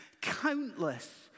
countless